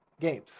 games